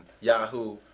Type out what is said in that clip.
Yahoo